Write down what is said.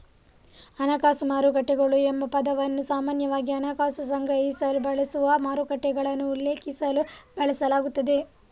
ಹಣಕಾಸು ಮಾರುಕಟ್ಟೆಗಳು ಎಂಬ ಪದವನ್ನು ಸಾಮಾನ್ಯವಾಗಿ ಹಣಕಾಸು ಸಂಗ್ರಹಿಸಲು ಬಳಸುವ ಮಾರುಕಟ್ಟೆಗಳನ್ನು ಉಲ್ಲೇಖಿಸಲು ಬಳಸಲಾಗುತ್ತದೆ